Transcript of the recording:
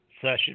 Session